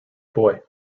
boy